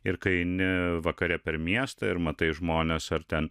ir kai eini vakare per miestą ir matai žmones ar ten